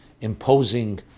imposing